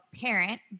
parent